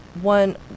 one